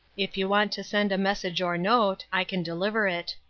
if you want to send a message or note, i can deliver it.